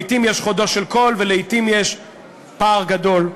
לעתים יש חודו של קול ולעתים יש פער גדול.